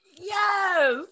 Yes